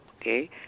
okay